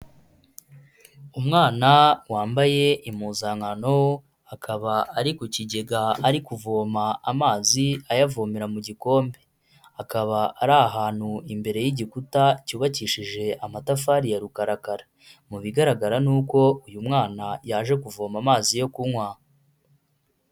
Umwana wambaye impuzankano, akaba ari ku kigega ari kuvoma amazi ayavomera mu gikombe, akaba ari ahantu imbere y'igikuta cyubakishije amatafari ya rukarakara, mu bigaragara ni uko uyu mwana yaje kuvoma amazi yo kunywa.